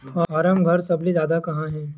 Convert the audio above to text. form घर सबले जादा कहां हे